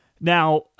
Now